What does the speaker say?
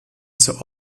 zur